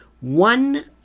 One